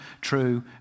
true